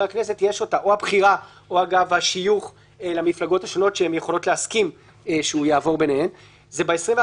הכנסת שהוא שר או סגן שר החברים באותה סיעה רשאים להודיע ליושב ראש